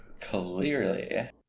clearly